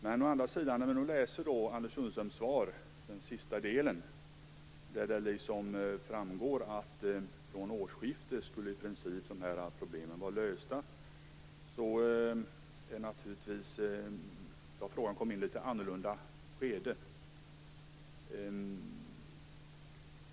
Men när man läser den sista delen av Anders Sundströms svar där det framgår att dessa problem i princip skulle vara lösta från årsskiftet har frågan kommit in i ett litet annorlunda skede.